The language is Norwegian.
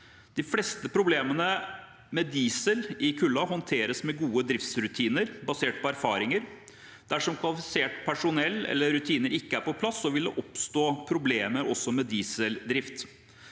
De fleste problemene med diesel i kulden håndteres med gode driftsrutiner basert på erfaring. Dersom kvalifisert personell eller rutiner ikke er på plass, vil det oppstå problemer også med dieseldrift.